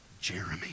Jeremy